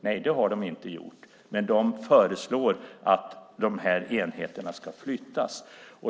Nej, det har de inte gjort, men de föreslår att dessa enheter ska flyttas.